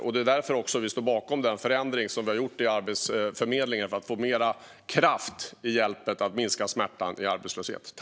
Det är också därför som vi står bakom den förändring som vi har gjort av Arbetsförmedlingen för att få mer kraft i hjälpen att minska smärtan i arbetslöshet.